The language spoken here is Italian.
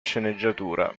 sceneggiatura